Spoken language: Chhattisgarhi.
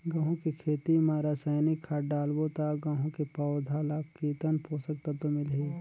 गंहू के खेती मां रसायनिक खाद डालबो ता गंहू के पौधा ला कितन पोषक तत्व मिलही?